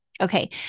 Okay